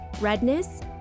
redness